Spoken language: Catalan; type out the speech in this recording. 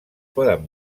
poden